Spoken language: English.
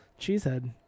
Cheesehead